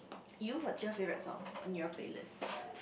you what's your favourite song on your playlist